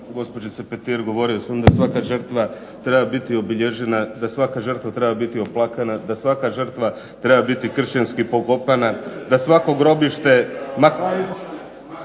gospođice Petir govorio sam da svaka žrtva treba biti obilježena, da svaka žrtva treba biti oplakana, da svaka žrtva treba biti kršćanski pokopana, da svako grobište